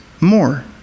more